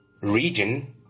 region